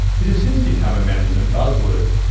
it has since become a management buzzword.